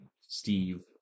Steve